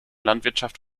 landwirtschaft